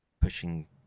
pushing